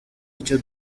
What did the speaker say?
icyo